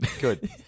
Good